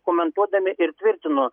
komentuodami ir tvirtino